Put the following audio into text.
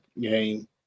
game